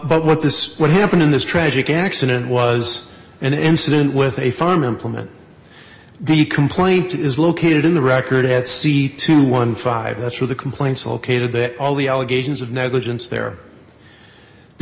but what this what happened in this tragic accident was an incident with a farm implement the complaint is located in the record at c two hundred and fifteen that's where the complaints located that all the allegations of negligence there the